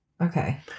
okay